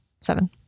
Seven